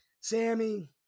Sammy